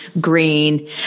green